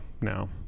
now